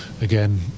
again